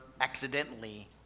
accidentally